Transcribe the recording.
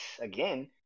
Again